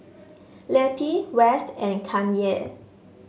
Letty West and Kanye